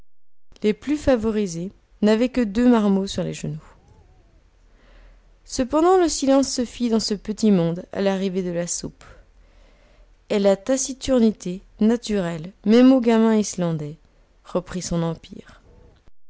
les plus favorisés n'avaient que deux marmots sur les genoux cependant le silence se fit dans ce petit monde à l'arrivée de la soupe et la taciturnité naturelle même aux gamins islandais reprit son empire